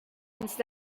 els